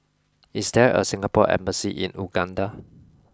is there a Singapore embassy in Uganda